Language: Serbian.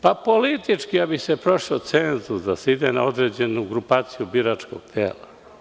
Pa, političkida bi se prošao cenzus, da se ide na određenu grupaciju biračkog tela.